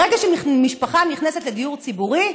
ברגע שמשפחה נכנסת לדיור ציבורי,